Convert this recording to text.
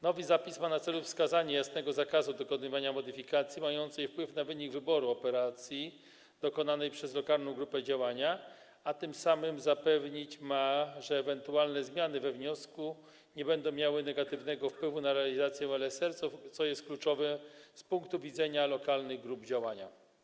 Nowy zapis ma na celu wskazanie jasnego zakazu dokonywania modyfikacji mającej wpływ na wynik wyboru operacji dokonany przez lokalną grupę działania, a tym samym zapewnić ma, że ewentualne zmiany we wniosku nie będą miały negatywnego wpływu na realizację LSR, co jest kluczowe z punktu widzenia lokalnych grup działania.